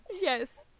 yes